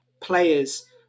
players